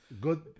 good